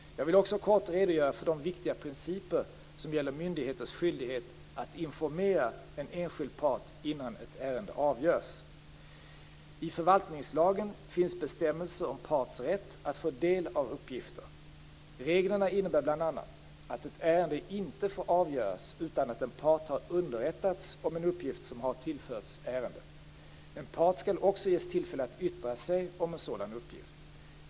Jag vill också kort redogöra för de viktiga principer som gäller myndigheters skyldighet att informera en enskild part innan ett ärende avgörs. I förvaltningslagen finns bestämmelser om parts rätt att få del av uppgifter . Reglerna innebär bl.a. att ett ärende inte får avgöras utan att en part har underrättats om en uppgift som har tillförts ärendet. En part skall också ges tillfälle att yttra sig om en sådan uppgift.